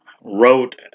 wrote